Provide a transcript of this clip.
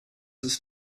ist